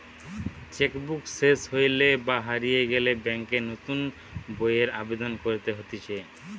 check book সেস হইলে বা হারিয়ে গেলে ব্যাংকে নতুন বইয়ের আবেদন করতে হতিছে